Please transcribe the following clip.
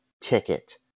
ticket